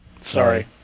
Sorry